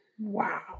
Wow